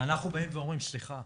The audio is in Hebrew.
אנחנו באים ואומרים סליחה,